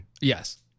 Yes